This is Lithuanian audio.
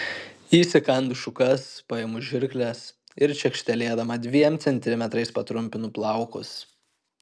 įsikandu šukas paimu žirkles ir čekštelėdama dviem centimetrais patrumpinu plaukus